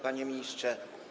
Panie Ministrze!